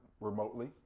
remotely